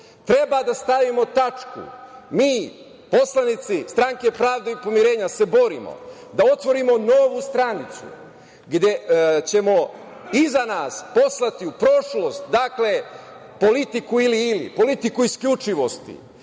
Treba da stavimo tačku, mi poslanici Stranke pravde i pomirenja se borimo da otvorimo novu stranicu gde ćemo iza nas poslati u prošlost politiku ili - ili, politiku isključivosti,